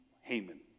Haman